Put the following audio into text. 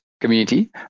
community